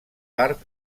part